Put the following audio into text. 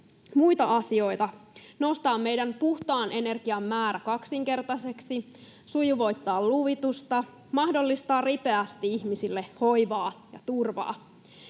muita asioita, nostaa meidän puhtaan energian määrä kaksinkertaiseksi, sujuvoittaa luvitusta, mahdollistaa ripeästi ihmisille hoivaa ja turvaa.